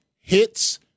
hits